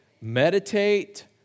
meditate